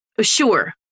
Sure